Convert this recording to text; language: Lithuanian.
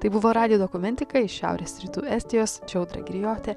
tai buvo radijo dokumentika iš šiaurės rytų estijos čia audra girijotė